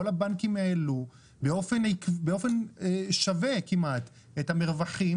הבנקים העלו באופן שווה כמעט את המרווחים,